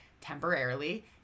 temporarily